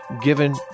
given